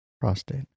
Prostate